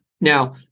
Now